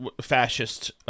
fascist